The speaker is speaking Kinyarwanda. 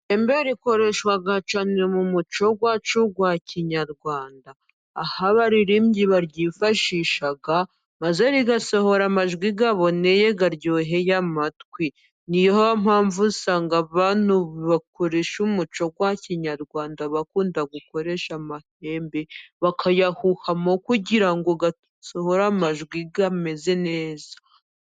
Ihembe rikoreshwa cyane mu muco wacu wa kinyarwanda, aho abaririmbyi baryifashisha maze rigasohora amajwi aboneye kandi aryoheye amatwi. Niyo mpamvu usanga abantu bakoresha umuco wa kinyarwanda bakunda gukoresha amahembe, bakayahuhamo kugira ngo gasohore amajwi ameze neza.